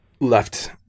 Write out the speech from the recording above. left